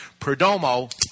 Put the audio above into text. Perdomo